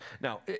Now